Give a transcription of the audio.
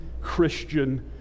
Christian